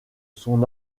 son